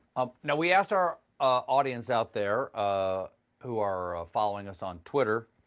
um now, we asked our audience out there, ah who are following us on twitter,